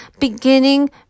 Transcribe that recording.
beginning